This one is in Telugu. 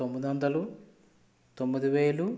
తొమ్మిది వందలు తొమ్మిది వేలు